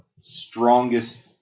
strongest